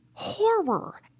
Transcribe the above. horror